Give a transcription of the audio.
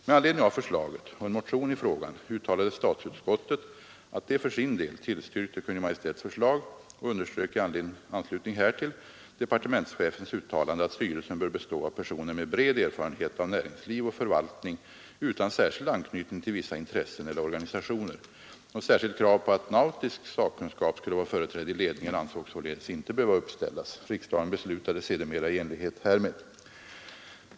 Med anledning av förslaget och en motion i frågan uttalade statsutskottet att det för sin del tillstyrkte Kungl. Maj:ts förslag och underströk i anslutning härtill departementschefens uttalande att styrel sen bör bestå av personer med bred erfarenhet av näringsliv och förvaltning utan särskild anknytning till vissa intressen eller organisationer. Något särskilt krav på att nautisk sakkunskap skulle vara företrädd i ledningen ansågs således inte behöva uppställas. Riksdagen beslutade sedermera i enlighet härmed.